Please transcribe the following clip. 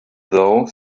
though